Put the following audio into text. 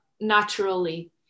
naturally